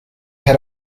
had